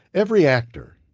every actor,